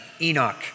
Enoch